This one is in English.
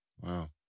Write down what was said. Wow